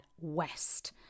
West